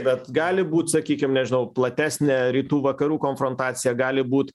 bet gali būt sakykim nežinau platesnė rytų vakarų konfrontacija gali būt